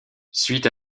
suite